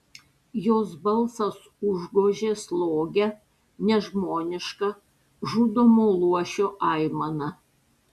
jos balsas užgožė slogią nežmonišką žudomo luošio aimaną